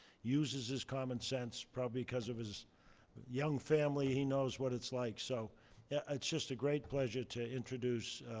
uses his common sense probably because of his young family, he knows what it's like. so yeah it's just a great pleasure to introduce